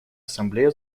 ассамблея